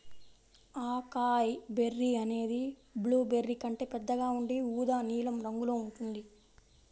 acai berry అనేది blueberry కంటే పెద్దగా ఉండి ఊదా నీలం రంగులో ఉంటుంది